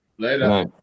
Later